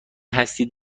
هستید